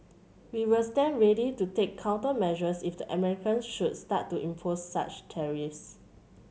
we will stand ready to take countermeasures if the American should start to impose such tariffs